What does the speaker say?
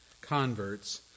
converts